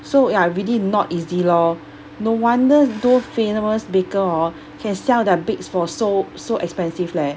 so ya really not easy lor no wonder those famous baker hor can sell their bakes for so so expensive leh